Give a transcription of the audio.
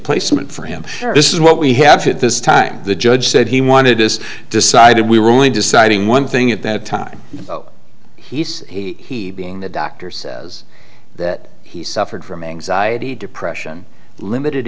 placement for him this is what we have to at this time the judge said he wanted us decided we were only deciding one thing at that time he said he being the doctor says that he suffered from anxiety depression limited